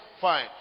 Fine